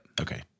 Okay